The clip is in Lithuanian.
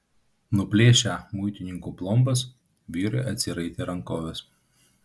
nuplėšę muitininkų plombas vyrai atsiraitė rankoves